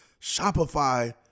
Shopify